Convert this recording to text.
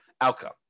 outcome